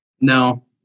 No